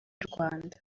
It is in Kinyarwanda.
rwanda